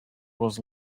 was